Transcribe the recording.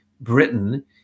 Britain